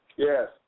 Yes